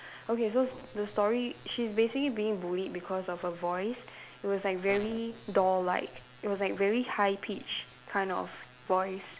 okay so the story she's basically being bullied because of her voice it was like very doll like it was like very high pitch kind of voice